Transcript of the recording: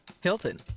Hilton